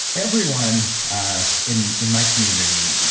everyone in in my community,